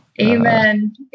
Amen